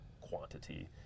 quantity